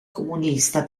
comunista